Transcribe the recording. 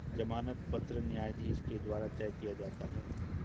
जमानत पत्र न्यायाधीश के द्वारा तय किया जाता है